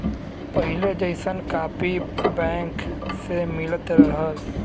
पहिले जइसन copy bank से मिलत रहल